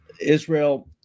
israel